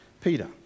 Peter